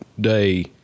day